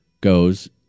goes